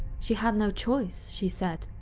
she had no choice, she said,